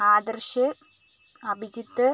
Adarsh Abhijith